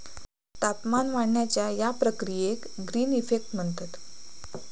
तापमान वाढण्याच्या या प्रक्रियेक ग्रीन इफेक्ट म्हणतत